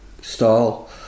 style